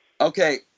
okay